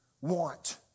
Want